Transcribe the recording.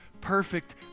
perfect